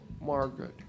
Margaret